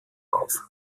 auf